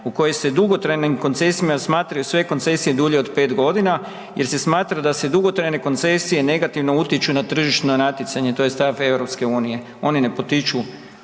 u kojoj se dugotrajnim koncesijama smatraju sve koncesije dulje od 5.g. jer se smatra da se dugotrajne koncesije negativno utječu na tržišno natjecanje, to je stav EU. Oni ne potiču